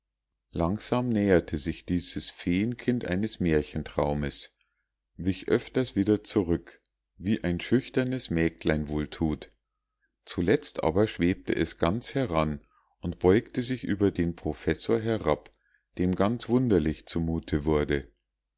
langsam näherte sich dieses feenkind eines märchentraumes wich öfters wieder zurück wie ein schüchternes mägdlein wohl tut zuletzt aber schwebte es ganz heran und beugte sich über den professor herab dem ganz wunderlich zumute wurde